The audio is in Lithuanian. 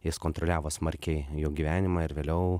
jis kontroliavo smarkiai jų gyvenimą ir vėliau